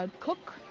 um cook,